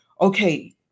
Okay